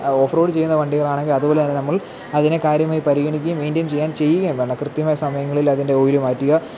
of road ചെയ്യുന്ന വണ്ടികളാണെങ്കില് അതുപോലെ അതിനെ നമ്മൾ അതിനെ കാര്യമായി പരിഗണിക്കുകയും മെയിൻ്റെയിൻ ചെയ്യാൻ ചെയ്യുകയും വേണം കൃത്യമായി സമയങ്ങളിൽ അതിൻ്റെ ഓയില് മാറ്റുക